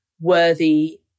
worthy